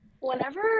whenever